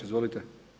Izvolite.